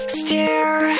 stare